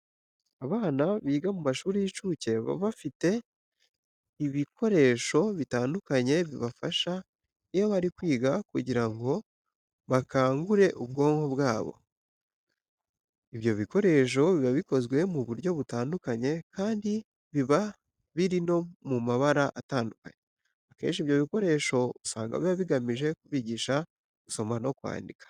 Abana biga mu mashuri y'incuke baba bafite ibikorasho bitandukanye bibafasha iyo bari kwiga kugira ngo bakangure ubwonko bwabo. Ibyo bikoresho biba bikozwe mu buryo butandukanye kandi biba biri no mu mabara atandukanye. Akenshi ibyo bikoresho usanga biba bigamije kubigisha gusoma no kwandika.